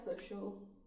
social